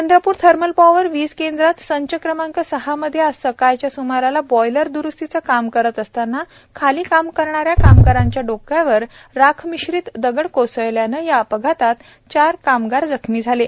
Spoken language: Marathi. चंद्रपूर थर्मल पॉवर वीज केंद्रातील संच क्रमांक सहामध्ये आज सकाळच्या सुमारास बॉयलर दुरुस्तीचे काम करीत असतांना खाली काम करणाऱ्या कामगारांच्या डोक्यावर राखमिश्रित दगड कोसळल्याने या अपघातात चार कामगार जखमी झाले आहेत